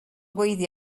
gweiddi